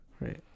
right